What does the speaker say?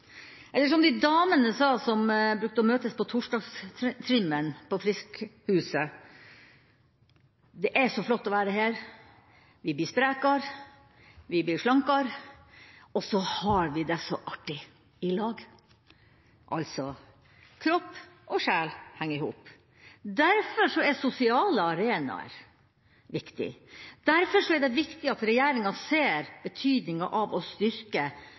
Eller som damene sa, som brukte å møtes på torsdagstrimmen på Friskhuset: Det er så flott å være her. Vi blir sprekere, vi blir slankere, og så har vi det så artig i lag. Altså kropp og sjel henger i hop. Derfor er sosiale arenaer viktig. Derfor er det viktig at regjeringa ser betydninga av å styrke